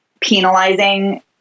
penalizing